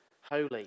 holy